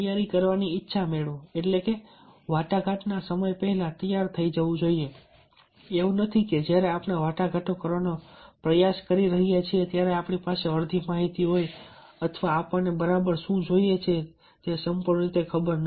તૈયારી કરવાની ઈચ્છા મેળવો એટલે આપણે વાટાઘાટ ના સમય પહેલા તૈયાર થઈ જવું જોઈએ એવું નથી કે જ્યારે આપણે વાટાઘાટો કરવાનો પ્રયાસ કરી રહ્યા છીએ ત્યારે આપણી પાસે અડધી માહિતી હોય છે અથવા આપણને બરાબર શું જોઈએ છે તે સંપૂર્ણ રીતે ખબર નથી